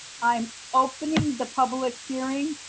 i'm opening the public hearing.